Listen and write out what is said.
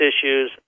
issues